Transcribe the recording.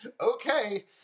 okay